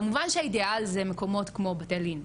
זה מקומות כמו "בתי לין",